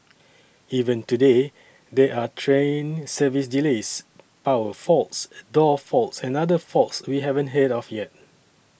even today there are train service delays power faults door faults and other faults we haven't heard of yet